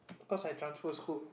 cause I transfer school